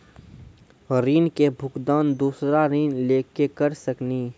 ऋण के भुगतान दूसरा ऋण लेके करऽ सकनी?